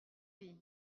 avis